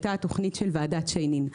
הייתה התוכנית של ועדת שיינין.